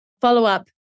follow-up